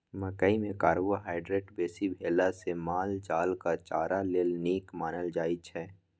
मकइ मे कार्बोहाइड्रेट बेसी भेला सँ माल जालक चारा लेल नीक मानल जाइ छै